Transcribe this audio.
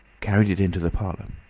carried it into the parlour.